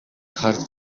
харж